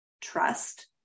trust